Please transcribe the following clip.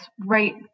right